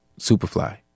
superfly